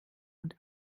und